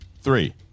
three